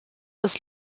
ist